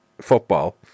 football